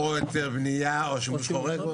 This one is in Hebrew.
או היתר בנייה או שימוש חורג.